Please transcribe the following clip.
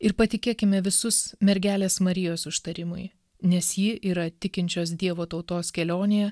ir patikėkime visus mergelės marijos užtarimui nes ji yra tikinčios dievo tautos kelionėje